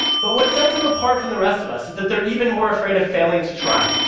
but what sets them apart from the rest of us is that they're even more afraid of failing to try.